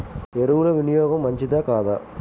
ఎరువుల వినియోగం మంచిదా కాదా?